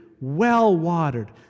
well-watered